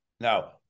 Now